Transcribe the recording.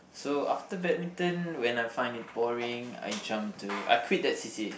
so after badminton when I find it boring I jump to I quit that c_c_a